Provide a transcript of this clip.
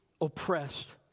oppressed